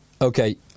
Okay